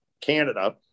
Canada